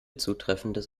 zutreffendes